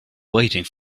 waiting